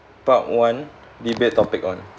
part one debate topic one